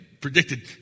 predicted